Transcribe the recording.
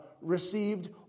received